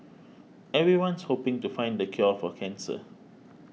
everyone's hoping to find the cure for cancer